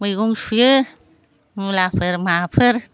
मैगं सुयो मुलाफोर माफोर